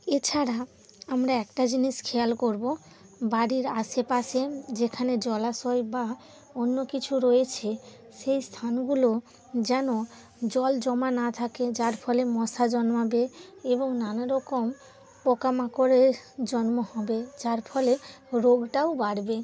এছাড়া আমরা একটা জিনিস খেয়াল করবো বাড়ির আশেপাশে যেখানে জলাশয় বা অন্য কিছু রয়েছে সেই স্থানগুলো যেন জল জমা না থাকে যার ফলে মশা জন্মাবে এবং নানারকম পোকামাকড়ের জন্ম হবে যার ফলে রোগটাও বাড়বে